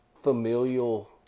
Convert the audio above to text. familial